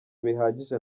bihagije